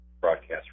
broadcast